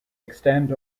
extend